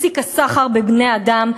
הפסיק הסחר בבני-אדם,